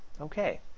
Okay